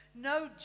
no